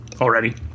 already